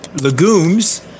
legumes